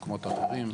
ממקומות אחרים.